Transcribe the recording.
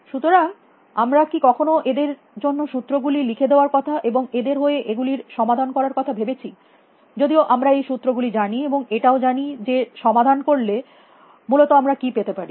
সুতরাং আমরা কি কখনো এদের জন্য সূত্র গুলি লিখে দেওয়ার কথা এবং এদের হয়ে এগুলির সমাধান করার কথা ভেবেছি যদিও আমরা এই সূত্র গুলি জানি এবং এটাও জানি যে সমাধান করলে মূলত আমরা কি পেতে পারি